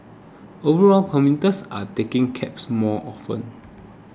overall commuters are taking cabs more often